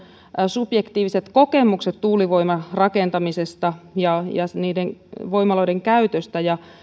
subjektiiviset kokemukset tuulivoimarakentamisesta ja ja niiden voimaloiden käytöstä ja